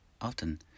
Often